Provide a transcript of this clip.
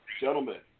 gentlemen